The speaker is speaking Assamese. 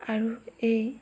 আৰু এই